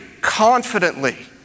confidently